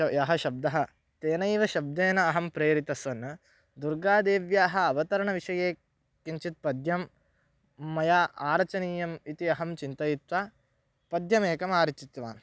यः शब्दः तेनैव शब्देन अहं प्रेरितस्सन् दुर्गादेव्याः अवतरणविषये किञ्चित् पद्यं मया आरचनीयम् इति अहं चिन्तयित्वा पद्यमेकम् आरचितवान्